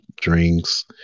drinks